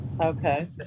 okay